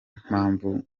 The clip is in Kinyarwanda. mpamvu